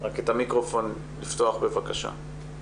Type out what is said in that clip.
למרבה הצער גם קיבלנו דיווחים על נשים